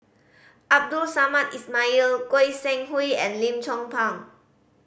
Abdul Samad Ismail Goi Seng Hui and Lim Chong Pang